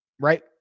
right